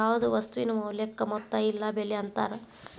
ಯಾವ್ದ್ ವಸ್ತುವಿನ ಮೌಲ್ಯಕ್ಕ ಮೊತ್ತ ಇಲ್ಲ ಬೆಲೆ ಅಂತಾರ